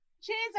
Cheers